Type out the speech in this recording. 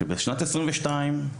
שבשנת 2022,